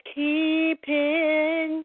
keeping